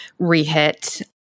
rehit